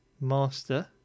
Master